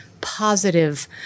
positive